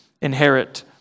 inherit